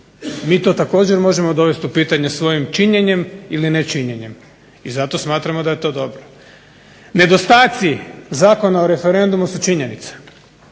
Mi to također možemo dovesti u pitanje svojim činjenjem ili nečinjenjem, i zato smatramo da je to dobro. Nedostaci Zakona o referendumu su činjenice,